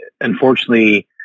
Unfortunately